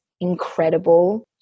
incredible